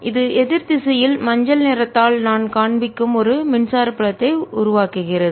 இது எதிர் திசையில் மஞ்சள் நிறத்தால் நான் காண்பிக்கும் ஒரு மின்சார புலத்தை உருவாக்குகிறது